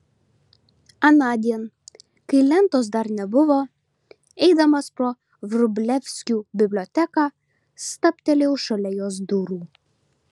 anądien kai lentos dar nebuvo eidamas pro vrublevskių biblioteką stabtelėjau šalia jos durų